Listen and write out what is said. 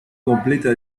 completa